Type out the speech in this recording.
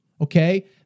okay